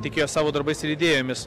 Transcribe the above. tikėjo savo darbais ir idėjomis